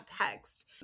text